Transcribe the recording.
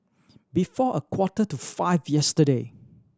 before a quarter to five yesterday